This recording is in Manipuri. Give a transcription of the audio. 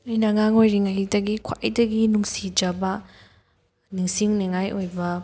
ꯑꯩꯅ ꯑꯉꯥꯡ ꯑꯣꯏꯔꯤꯉꯩꯗꯒꯤ ꯈ꯭ꯋꯥꯏꯗꯒꯤ ꯅꯨꯡꯁꯤꯖꯕ ꯅꯤꯡꯁꯤꯡꯅꯤꯉꯥꯏ ꯑꯣꯏꯕ